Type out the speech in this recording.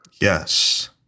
Yes